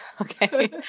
Okay